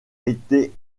été